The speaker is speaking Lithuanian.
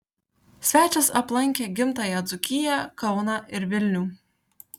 svečias aplankė gimtąją dzūkiją kauną ir vilnių